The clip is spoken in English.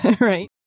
right